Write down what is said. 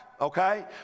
okay